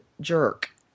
jerk